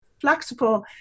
flexible